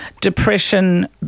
depression